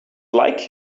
like